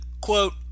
quote